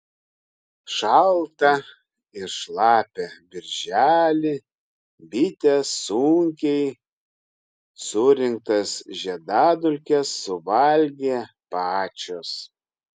šaltą ir šlapią birželį bitės sunkiai surinktas žiedadulkes suvalgė pačios